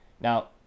Now